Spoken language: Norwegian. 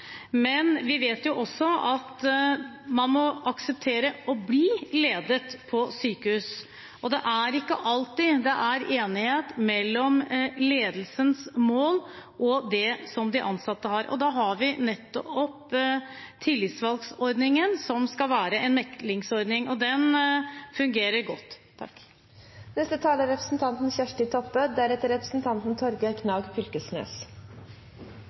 men vi vet også at man må akseptere å bli ledet i sykehus. Det er ikke alltid det er enighet når det gjelder ledelsens mål og det som de ansatte har. Da har vi tillitsvalgtordningen, som skal være en meklingsording. Den fungerer godt. Dette representantforslaget er